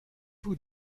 vous